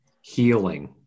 healing